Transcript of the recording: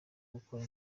gukora